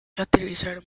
aterrizar